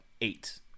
eight